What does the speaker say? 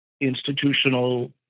institutional